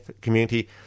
community